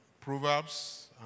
Proverbs